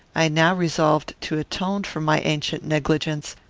i now resolved to atone for my ancient negligence,